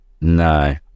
No